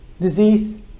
disease